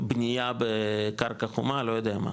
בנייה בקרקע חומה, לא יודע מה.